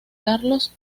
carlos